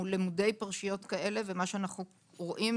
אנחנו למודי פרשיות כאלה ומה שאנחנו רואים,